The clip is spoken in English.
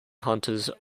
hunters